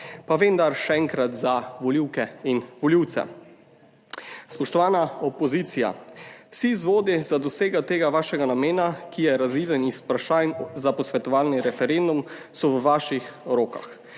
pa vendar, še enkrat, za volivke in volivce. Spoštovana opozicija, vsi vzvodi za dosego tega vašega namena, ki je razviden iz vprašanj za posvetovalni referendum, so v vaših rokah.